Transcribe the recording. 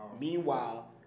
Meanwhile